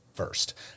First